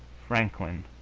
franklin,